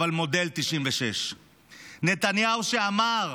אבל מודל 96'. נתניהו שאמר,